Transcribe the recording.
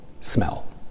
smell